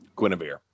Guinevere